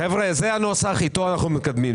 חבר'ה, זה הנוסח, איתו אנחנו מתקדמים.